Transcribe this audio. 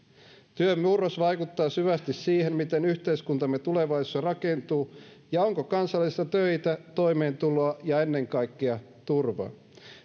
työn murros vaikuttaa syvästi siihen miten yhteiskuntamme tulevaisuudessa rakentuu ja onko kansalaisilla töitä toimeentuloa ja ennen kaikkea turvaa